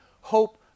hope